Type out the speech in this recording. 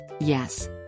yes